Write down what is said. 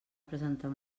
presentar